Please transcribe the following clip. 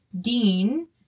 Dean